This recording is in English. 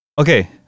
okay